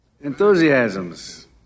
enthusiasms